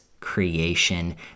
creation